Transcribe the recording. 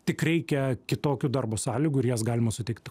tik reikia kitokių darbo sąlygų ir jas galima suteikt